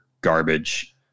garbage